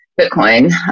Bitcoin